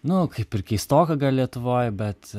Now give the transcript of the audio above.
nu kaip ir keistoka gal lietuvoj bet